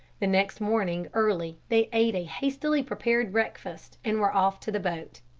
the next morning early they ate a hastily prepared breakfast and were off to the boat.